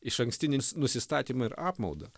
išankstinis nusistatymą ir apmaudą